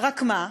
רק מה?